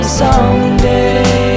someday